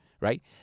right